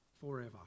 forever